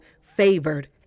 FAVORED